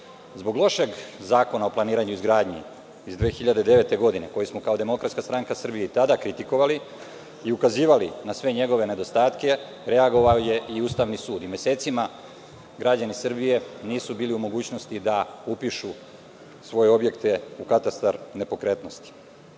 put. Zbog lošeg Zakona o planiranju i izgradnji iz 2009. godine, koji smo kao DSS i tada kritikovali i ukazivali na sve njegove nedostatke, reagovao je i Ustavni sud. Mesecima građani Srbije nisu bili u mogućnosti da upišu svoje objekte u katastar nepokretnosti. Zakon